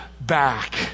back